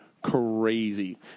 crazy